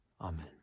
Amen